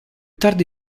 tardi